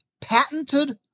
patented